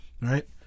Right